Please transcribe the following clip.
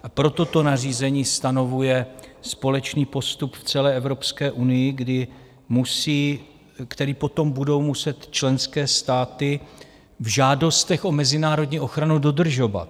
A proto to nařízení stanovuje společný postup v celé Evropské unii, který potom budou muset členské státy v žádostech o mezinárodní ochranu dodržovat.